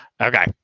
Okay